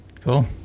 Cool